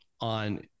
on